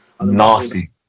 Nasty